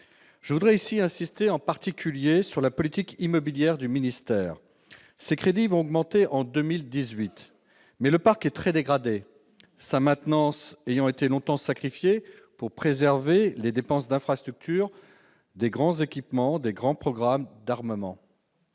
Je voudrais insister ici en particulier sur la politique immobilière du ministère. Même si les crédits vont augmenter en 2018, le parc est très dégradé, sa maintenance ayant été longtemps sacrifiée pour préserver les dépenses d'infrastructures des grands équipements, des grands programmes d'armement.